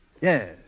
Yes